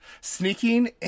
sneaking